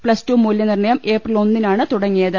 plus two മൂല്യനിർണയം April ഒന്നിനാണ് തുടങ്ങിയത്